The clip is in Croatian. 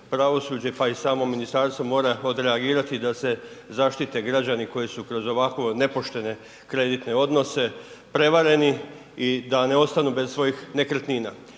pravosuđe, pa i samo ministarstvo mora odreagirati da se zaštite građani koji su kroz ovakvo nepoštene kredite odnose prevareni i da ne ostanu bez svojih nekretnina.